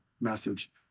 message